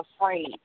afraid